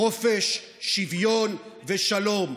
חופש, שוויון ושלום.